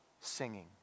singing